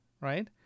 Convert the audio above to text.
right